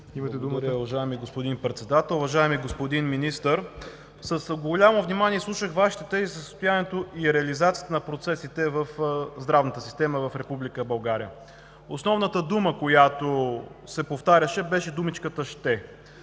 Благодаря, уважаеми господин Председател! Уважаеми господин Министър, с голямо внимание слушах Вашите тези за състоянието и реализацията на процесите в здравната система в Република България. Основната дума, която се повтаряше, беше думичката „ще“.